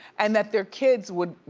and that their kids would,